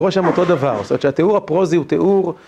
רואה שם אותו דבר, זאת אומרת שהתיאור הפרוזי הוא תיאור